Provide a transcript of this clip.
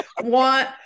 want